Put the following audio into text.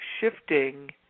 shifting